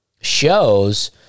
shows